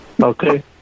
Okay